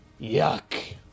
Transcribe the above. Yuck